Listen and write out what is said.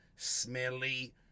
smelly